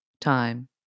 time